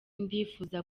ndifuza